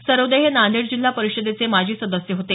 सरोदे हे नांदेड जिल्हा परिषदेचे माजी सदस्य होते